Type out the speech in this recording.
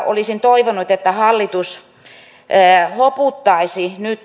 olisin toivonut että hallitus mieluummin hoputtaisi nyt